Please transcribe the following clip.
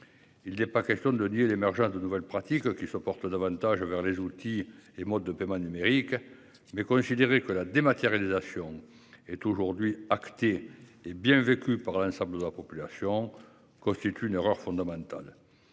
Il n'est pas question de nier l'émergence de nouvelles pratiques qui se porte davantage vers les outils et modes de paiement numériques mais considérer que la dématérialisation est aujourd'hui actée hé bien vécue par l'ensemble de la population. Constitue une erreur fondamentale.